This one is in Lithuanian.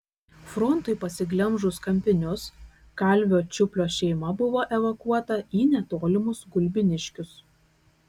frontui pasiglemžus kampinius kalvio čiuplio šeima buvo evakuota į netolimus gulbiniškius